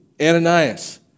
Ananias